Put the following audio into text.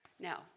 Now